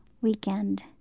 weekend